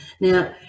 Now